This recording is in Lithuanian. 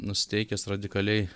nusiteikęs radikaliai